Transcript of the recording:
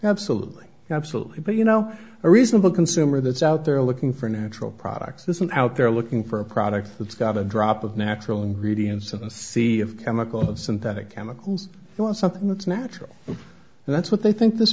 absolutely absolutely but you know a reasonable consumer that's out there looking for natural products isn't out there looking for a product that's got a drop of natural ingredients in a sea of chemical synthetic chemicals not something that's natural and that's what they think this